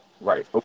right